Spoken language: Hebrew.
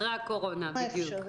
אחרי הקורונה, בדיוק.